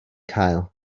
cael